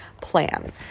plan